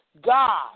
God